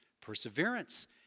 perseverance